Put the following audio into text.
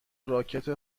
راکت